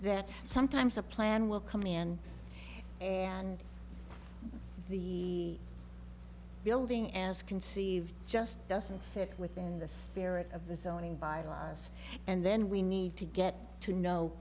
that sometimes a plan will come in and the building as conceived just doesn't fit within the spirit of the zoning bylaws and then we need to get to know